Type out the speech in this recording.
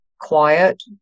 quiet